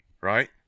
Right